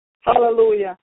Hallelujah